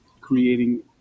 creating